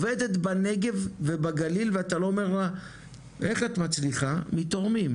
על בסיס תורמים.